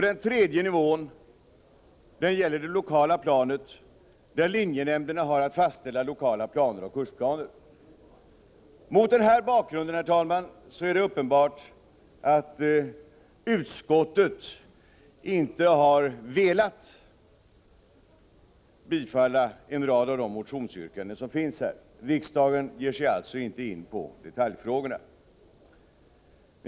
Den tredje nivån gäller det lokala planet, där linjenämnderna har att fastställa lokala planer och kursplaner. Mot denna bakgrund, herr talman, är det uppenbart att utskottet inte har velat bifalla en rad av de motionsyrkanden som finns här. Riksdagen ger sig alltså inte in på detaljfrågorna.